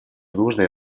нужное